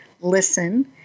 listen